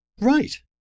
Right